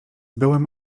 byłem